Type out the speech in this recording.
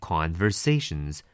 Conversations